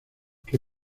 que